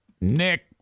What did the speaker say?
Nick